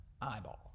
eyeball